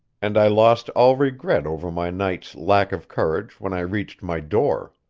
and i lost all regret over my night's lack of courage when i reached my door.